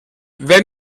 wenn